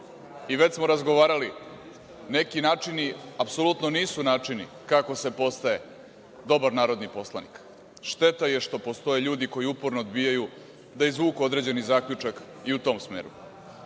Već smo razgovarali, neki načini apsolutno nisu načini kako se postaje dobar narodni poslanik. Šteta je što postoje ljudi koji uporno odbijaju da izvuku određeni zaključak i u tom